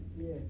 yes